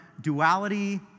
duality